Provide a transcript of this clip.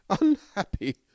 unhappy